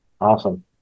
Awesome